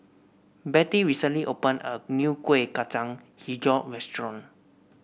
Bettie recently opened a new Kuih Kacang hijau restaurant